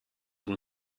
and